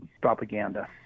propaganda